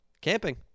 Camping